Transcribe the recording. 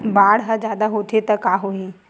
बाढ़ ह जादा होथे त का होही?